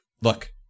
look